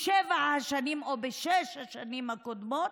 בשבע או בשש השנים הקודמות,